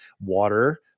water